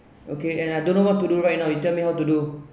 okay and I don't know what to do right now you tell me how to do